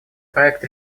проект